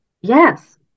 Yes